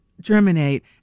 germinate